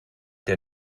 der